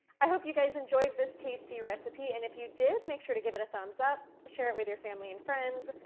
i hope you guys enjoyed this tasty recipe, and if you did, make sure to give it a thumbs up, share it with your family and friends,